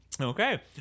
Okay